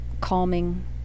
calming